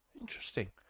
Interesting